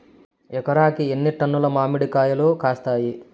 ఎకరాకి ఎన్ని టన్నులు మామిడి కాయలు కాస్తాయి?